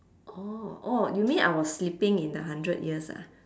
oh oh you mean I was sleeping in the hundred years ah